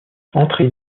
entrez